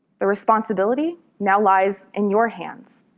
the responsibility now lies in your hands.